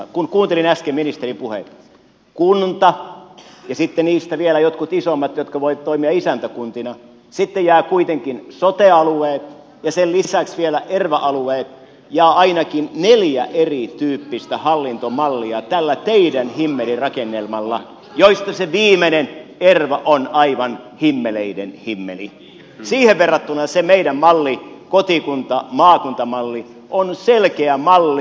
kun kuuntelin äsken ministerin puheita olisi kunnat ja sitten niistä vielä jotkut isommat jotka voivat toimia isäntäkuntina sitten jäävät kuitenkin sote alueet ja sen lisäksi vielä erva alueet ja ainakin neljä erityyppistä hallintomallia tällä teidän himmelirakennelmallanne joista se viimeinen erva on aivan himmeleiden himmeli siihen verrattuna se meidän mallimme kotikuntamaakunta malli on selkeä malli